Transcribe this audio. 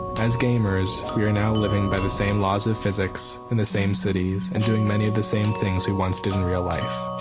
as gamers we are now living by the same laws of physics in the same cities and doing many of the same things we once did in real life,